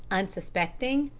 unsuspecting,